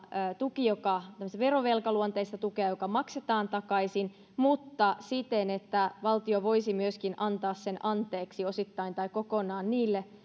tuki joka olisi tämmöistä verovelkaluonteista tukea joka maksetaan takaisin mutta siten että valtio voisi myöskin antaa sen anteeksi osittain tai kokonaan niille